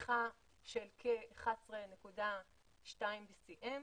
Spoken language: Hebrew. בצריכה של כ-11.2 BCM,